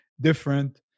different